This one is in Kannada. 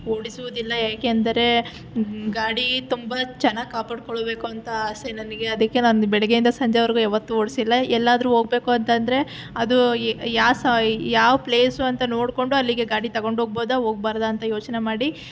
ಓಡಿಸುವುದಿಲ್ಲ ಏಕೆಂದರೆ ಗಾಡಿ ತುಂಬ ಚೆನ್ನಾಗಿ ಕಾಪಾಡಿಕೊಳ್ಬೇಕು ಅಂತ ಆಸೆ ನನಗೆ ಅದಕ್ಕೆ ನಾನು ಬೆಳಗ್ಗೆಯಿಂದ ಸಂಜೆವರೆಗೂ ಯಾವತ್ತೂ ಓಡಿಸಿಲ್ಲ ಎಲ್ಲಾದರೂ ಹೋಗ್ಬೇಕು ಅಂತಂದರೆ ಅದು ಯಾವ ಸ ಯಾವ ಪ್ಲೇಸು ಅಂತ ನೋಡ್ಕೊಂಡು ಅಲ್ಲಿಗೆ ಗಾಡಿ ತೊಗೊಂಡೋಗ್ಬೋದಾ ಹೋಗ್ಬಾರ್ದಾ ಅಂತ ಯೋಚನೆ ಮಾಡಿ